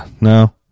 no